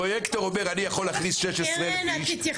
הפרויקטור אומר: אני יכול להכניס 16,000 אנשים.